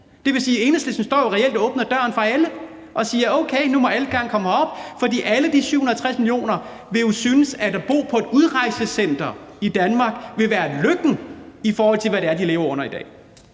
Det vil sige, at Enhedslistens ordfører reelt står og åbner døren for alle og siger: Okay, nu må alle gerne komme herop, for alle de 760 millioner vil jo synes, at det at bo på et udrejsecenter i Danmark ville være lykken, i forhold til hvad det er for nogle forhold, de lever under i dag.